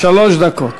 שלוש דקות.